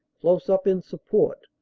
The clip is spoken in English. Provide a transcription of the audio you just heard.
close up in support,